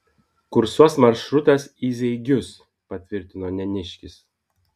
kursuos maršrutas į zeigius patvirtino neniškis